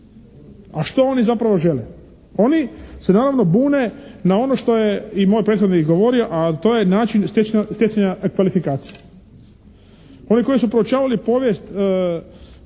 a što oni zapravo žele? Oni se naravno bune na ono što je i moj prethodnih govorio, a to je način stjecanja kvalifikacije. Oni koji su proučavali povijest